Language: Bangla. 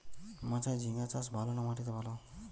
মাচায় ঝিঙ্গা চাষ ভালো না মাটিতে ভালো?